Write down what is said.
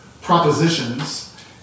propositions